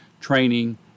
training